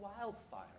wildfire